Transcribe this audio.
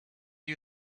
you